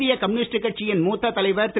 இந்திய கம்யூனிஸ்ட் கட்சியின் மூத்த தலைவர் திரு